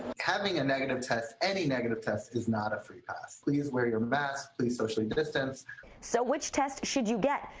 having a negative test, any negative test, is not a free pass please wear your mask, please socially distance reporter so which test should you get?